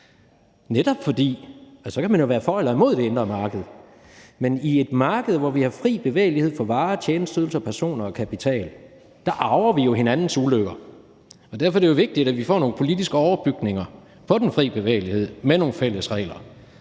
man jo så også kan være for eller imod det indre marked. I et marked, hvor vi har fri bevægelighed for varer, tjenesteydelser, personer og kapital, arver vi jo hinandens ulykker, og derfor er det jo vigtigt, at vi får nogle politiske overbygninger på den fri bevægelighed med nogle fælles regler.